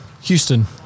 Houston